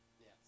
Yes